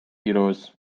ilus